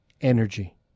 energy